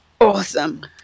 Awesome